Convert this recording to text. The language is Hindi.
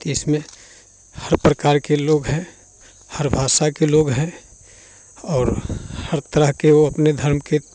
तो इसमें हर प्रकार के लोग हैं हर भाषा के लोग हैं और हर तरह के वो अपने धर्म के